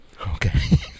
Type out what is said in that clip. Okay